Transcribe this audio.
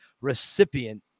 recipient